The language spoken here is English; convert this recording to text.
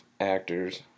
actors